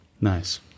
Nice